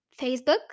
facebook